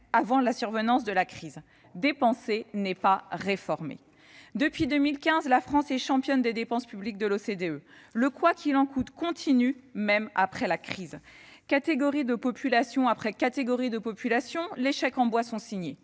avant même le déclenchement de la crise. Dépenser n'est pas réformer ! Depuis 2015, la France est la championne des dépenses publiques au sein de l'OCDE. Le « quoi qu'il en coûte » perdure même après la crise : catégorie de population après catégorie de population, des chèques en bois sont signés